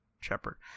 Shepherd